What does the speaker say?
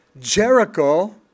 Jericho